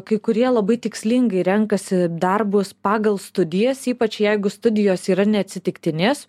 kai kurie labai tikslingai renkasi darbus pagal studijas ypač jeigu studijos yra neatsitiktinės